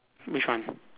which one